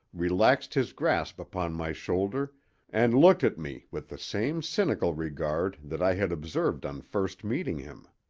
relaxed his grasp upon my shoulder and looked at me with the same cynical regard that i had observed on first meeting him.